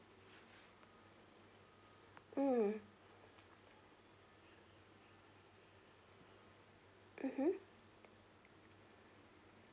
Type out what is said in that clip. mm mmhmm